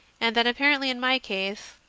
and that apparently in my case,